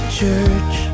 church